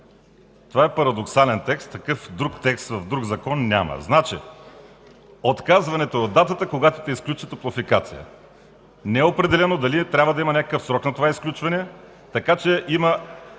Това е парадоксален текст, такъв друг текст в друг закон няма. Значи отказването е от датата, когато те изключи Топлофикация. Не е определено дали трябва да има някакъв срок на това изключване, така че има